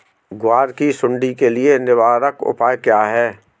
ग्वार की सुंडी के लिए निवारक उपाय क्या है?